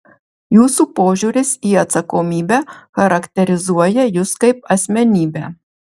jūsų požiūris į atsakomybę charakterizuoja jus kaip asmenybę